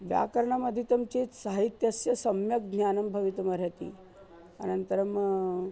व्याकरणम् अधीतं चेत् साहित्यस्य सम्यक् ज्ञानं भवितुम् अर्हति अनन्तरम्